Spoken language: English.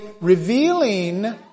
revealing